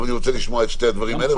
אני רוצה לשמוע את שני הדברים האלה.